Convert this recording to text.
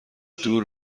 دور